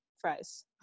fries